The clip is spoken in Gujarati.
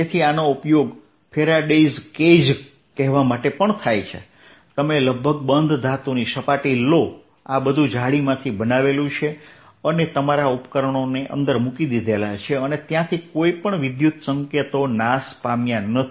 તેથી આનો ઉપયોગ ફેરાડેઝ કેજ કહેવા માટે પણ થાય છે તમે લગભગ બંધ ધાતુની સપાટી લો આ બધું જાળીમાંથી બનાવેલું છે અને તમારા ઉપકરણોને અંદર મૂકી દીધા છે અને ત્યાંથી કોઈ પણ વિદ્યુત સંકેતો નાશ પામ્યા નથી